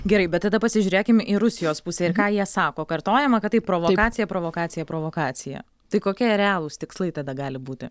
gerai bet tada pasižiūrėkim į rusijos pusę ir ką jie sako kartojama kad tai provokacija provokacija provokacija tai kokie realūs tikslai tada gali būti